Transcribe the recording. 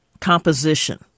composition